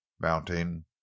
Mounting